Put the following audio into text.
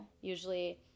usually